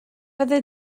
fyddi